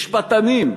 משפטנים.